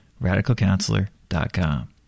RadicalCounselor.com